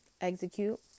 execute